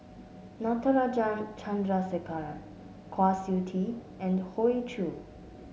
Natarajan Chandrasekaran Kwa Siew Tee and Hoey Choo